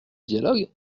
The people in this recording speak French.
dialogue